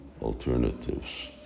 alternatives